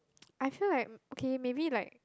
I feel like okay maybe like